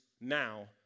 now